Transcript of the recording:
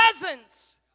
presence